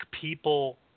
people